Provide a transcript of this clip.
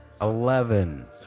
Eleven